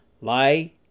Lie